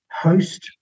host